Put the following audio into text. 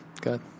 Good